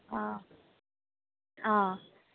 ఆ ఆ